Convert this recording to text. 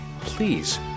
Please